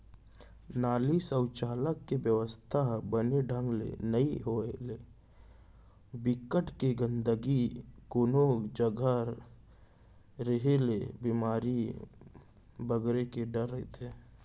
नाली, सउचालक के बेवस्था ह बने ढंग ले नइ होय ले, बिकट के गंदगी कोनो जघा रेहे ले बेमारी बगरे के डर रहिथे